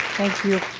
thank you.